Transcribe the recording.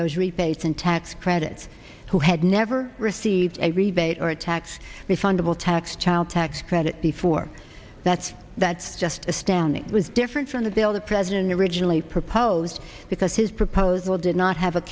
those rebates and tax credits who had never received a rebate or a tax refundable tax child tax credit before that's that just standing was different from the bill the president originally proposed because his proposal did not have a